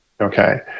Okay